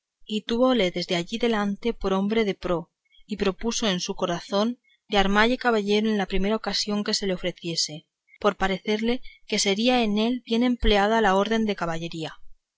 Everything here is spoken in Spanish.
y túvole desde allí adelante por hombre de pro y propuso en su corazón de armalle caballero en la primera ocasión que se le ofreciese por parecerle que sería en él bien empleada la orden de la caballería